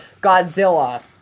Godzilla